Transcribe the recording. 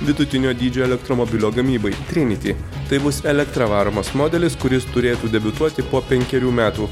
vidutinio dydžio elektromobilio gamybai trinity tai bus elektra varomas modelis kuris turėtų debiutuoti po penkerių metų